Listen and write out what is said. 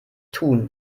tun